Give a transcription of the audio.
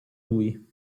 lui